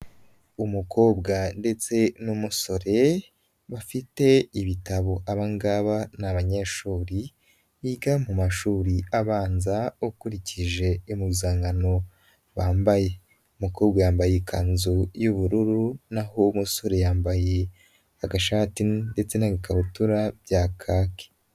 Umukobwa ndetse n'umusore bafite ibitabo, aba ngaba ni abanyeshuri biga mu mashuri abanza ukurikije impuzankano bambaye. Umukobwa yambaye ikanzu y'ubururu n'aho umusore yambaye agashati ndetse n'ikabutura bya kaki.